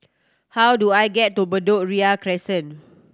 how do I get to Bedok Ria Crescent